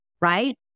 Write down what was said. right